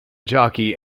jockey